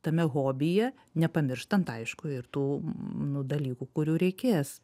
tame hobyje nepamirštant aišku ir tų nu dalykų kurių reikės